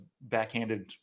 backhanded